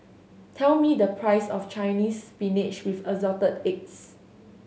tell me the price of Chinese Spinach with Assorted Eggs